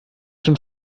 schon